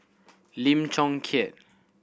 Lim Chong Keat